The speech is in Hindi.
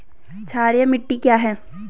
क्षारीय मिट्टी क्या है?